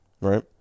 right